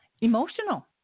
emotional